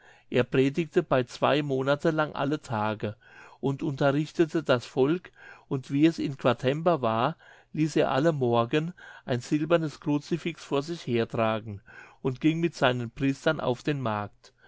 er predigte bei zwei monate lang alle tage und unterrichtete das volk und wie es in quatember war ließ er alle morgen ein silbernes crucifix vor sich her tragen und ging mit seinen priestern auf den markt